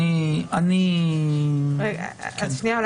אולי אני אסביר.